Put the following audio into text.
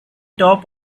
top